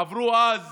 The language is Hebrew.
עברו אז